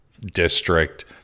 district